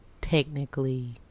technically